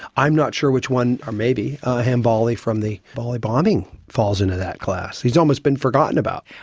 i'm not sure which one are maybe ah hambali from the bali bombing falls into that class. he's almost been forgotten about.